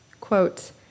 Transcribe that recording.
quote